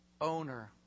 Owner